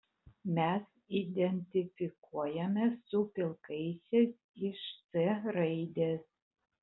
mes identifikuojamės su pilkaisiais iš c raidės